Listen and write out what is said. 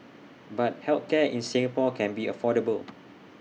but health care in Singapore can be affordable